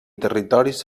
territoris